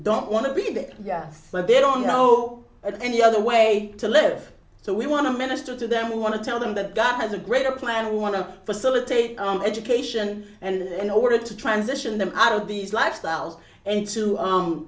don't want to be there yes but they don't know any other way to live so we want to minister to them we want to tell them that god has a greater plan we want to facilitate education and in order to transition them out of these lifestyles into